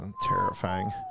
Terrifying